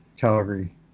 Calgary